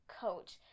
coat